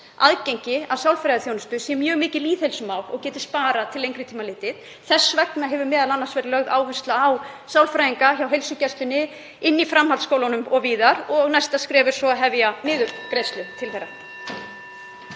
aðgengi að sálfræðiþjónustu sé mjög mikið lýðheilsumál og geti sparað fé til lengri tíma litið. Þess vegna hefur m.a. verið lögð áhersla á þjónustu sálfræðinga hjá heilsugæslunni, í framhaldsskólunum og víðar og næsta skref er svo að hefja niðurgreiðslu til þeirra.